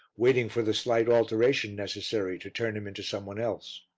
waiting for the slight alteration necessary to turn him into some one else.